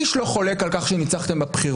איש לא חולק על כך שניצחתם בבחירות,